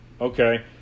okay